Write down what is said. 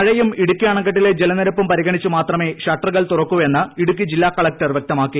മഴയും ഇടുക്കി അണക്കെട്ടിലെ ജലനിരപ്പും പരിഗണിച്ചും മാത്രമേ ഷട്ടറുകൾ തുറക്കൂ എന്ന് ഇടുക്കി ജില്ലാ കളക്ടർ വൃക്തമാക്കി